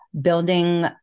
building